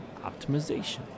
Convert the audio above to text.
optimization